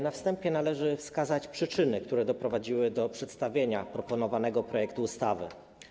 Na wstępie należy wskazać przyczyny, które doprowadziły do przedstawienia proponowanego projektu ustawy.